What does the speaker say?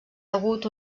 hagut